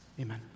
Amen